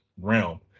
realm